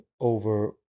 over